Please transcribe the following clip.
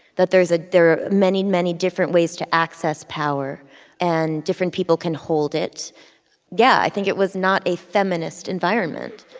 that there's a there are many, many different ways to access power and different people can hold it yeah. i think it was not a feminist environment.